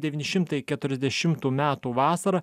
devyni šimtai keturiasdešimtų metų vasarą